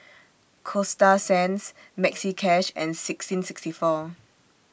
Coasta Sands Maxi Cash and sixteenth sixty four